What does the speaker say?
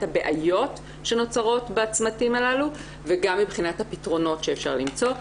הבעיות שנוצרות בצמתים הללו וגם מבחינת הפתרונות שאפשר למצוא.